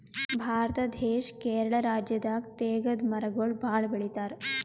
ಭಾರತ ದೇಶ್ ಕೇರಳ ರಾಜ್ಯದಾಗ್ ತೇಗದ್ ಮರಗೊಳ್ ಭಾಳ್ ಬೆಳಿತಾರ್